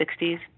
60s